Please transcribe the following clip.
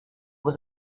was